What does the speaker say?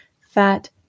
fat